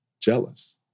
jealous